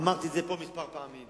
אמרתי את זה פה כמה פעמים,